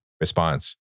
response